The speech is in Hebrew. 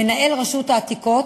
מנהל רשות העתיקות,